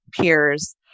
peers